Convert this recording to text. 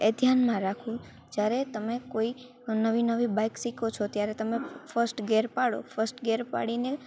એ ધ્યાનમાં રાખવું જ્યારે તમે કોઈ નવી નવી બાઇક શીખો છો ત્યારે તમે ફર્સ્ટ ગેર પાડો ફર્સ્ટ ગેર પાડીને